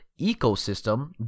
ecosystem